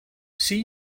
see